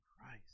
Christ